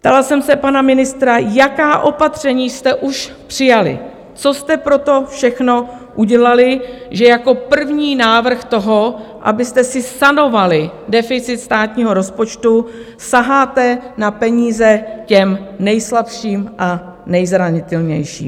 Ptala jsem se pana ministra, jaká opatření jste už přijali, co jste pro to všechno udělali, že jako první návrh toho, abyste si sanovali deficit státního rozpočtu, saháte na peníze těm nejslabším a nejzranitelnějším.